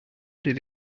did